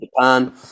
japan